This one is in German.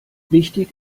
wichtig